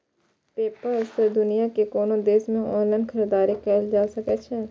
PayPal सं दुनिया के कोनो देश मे ऑनलाइन खरीदारी कैल जा सकै छै